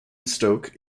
stoke